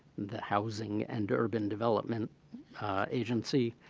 the housing and urban development agency,